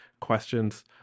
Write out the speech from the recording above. questions